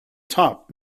top